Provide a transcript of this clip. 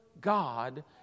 God